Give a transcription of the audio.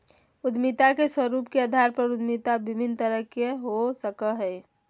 उद्यमिता के स्वरूप के अधार पर उद्यमी विभिन्न तरह के हो सकय हइ